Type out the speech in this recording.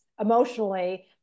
emotionally